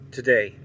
today